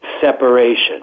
separation